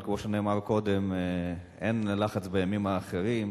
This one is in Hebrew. אבל כמו שנאמר קודם, אין לחץ בימים האחרים.